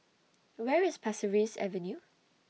Where IS Pasir Ris Avenue